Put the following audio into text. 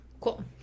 Cool